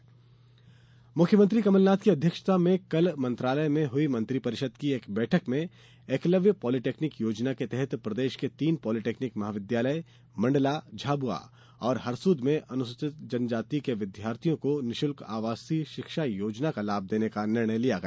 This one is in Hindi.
मंत्रिमंडल मुख्यमंत्री कमल नाथ की अध्यक्षता में कल मंत्रालय में हई मंत्रि परिषद की बैठक में एकलव्य पॉलीटेक्निक योजना के तहत प्रदेश के तीन पॉलीटेक्निक महाविद्यालय मण्डला झाबुआ और हरसूद में अनुसूचित जनजाति के विद्यार्थियों को निःशुल्क आवासीय शिक्षा योजना का लाभ देने का निर्णय लिया गया